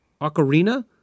Ocarina